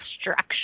structure